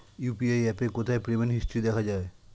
UPI অ্যাপে কোথায় payment history দেখা যায়?